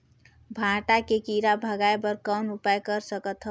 भांटा के कीरा भगाय बर कौन उपाय कर सकथव?